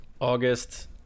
August